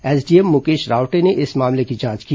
SDM Mukesh Rawte ने इस मामले की जांच की